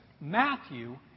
Matthew